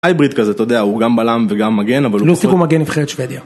הייבריד כזה, אתה יודע, הוא גם בלם וגם מגן, אבל הוא פחות... ניסי בו מגן נבחרת שוודיה.